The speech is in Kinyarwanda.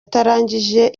atarangije